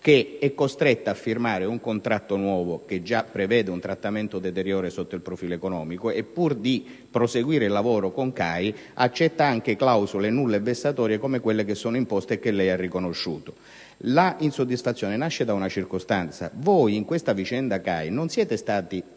madre, costretta a firmare un nuovo contratto che già prevede un trattamento deteriore sotto il profilo economico e, pur di proseguire il lavoro con CAI, accetta anche clausole nulle e vessatorie come quelle imposte e che lei, Ministro, ha riconosciuto. L'insoddisfazione nasce da una circostanza. Nella vicenda CAI, voi non siete stati